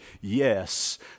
yes